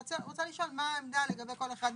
ואני רוצה לשאול מה העמדה לגבי כל אחד מהתפקידים.